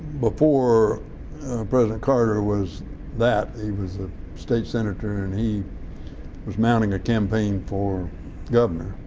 before president carter was that, he was a state senator and he was mounting a campaign for governor,